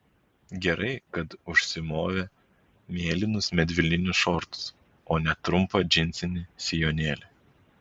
gerai kad užsimovė mėlynus medvilninius šortus o ne trumpą džinsinį sijonėlį